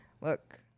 look